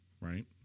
Right